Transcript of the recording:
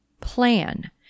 Plan